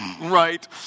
Right